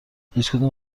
هیچکدوم